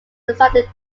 decided